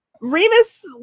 Remus